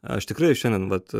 aš tikrai šiandien vat